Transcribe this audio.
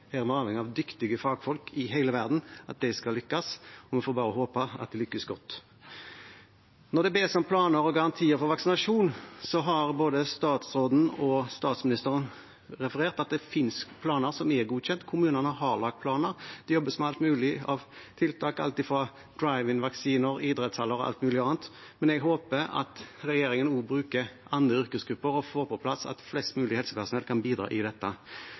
Her er vi avhengig av at dyktige fagfolk i hele verden skal lykkes, og vi får bare håpe at de lykkes godt. Når det blir bedt om planer og garantier for vaksinasjon, har både statsråden og statsministeren referert at det finnes planer som er godkjent, kommunene har lagt planer, det jobbes med alt mulig av tiltak: drive-in-vaksinasjon, i idrettshaller og alt mulig annet. Jeg håper at regjeringen også bruker andre yrkesgrupper og får på plass at flest mulig helsepersonell kan bidra i dette.